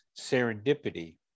serendipity